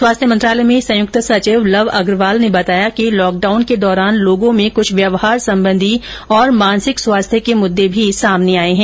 स्वास्थ्य मंत्रालय में संयुक्त सचिव लव अग्रवाल ने बताया कि लॉकडाउन के दौरान लोगों में कुछ व्यवहार संबंधी मानसिक स्वास्थ्य के मुद्दे भी सामने आए हैं